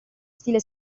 stile